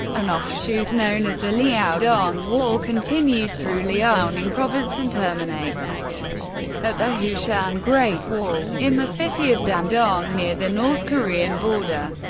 an offshoot known as the liaodong wall continues through liaoning province and terminates at the hushan great wall, in the city of dandong near the north korean border.